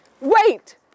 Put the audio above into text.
Wait